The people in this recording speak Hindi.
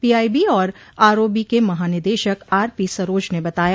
पीआईबी और आरओबी के महानिदेशक आरपी सरोज ने बताया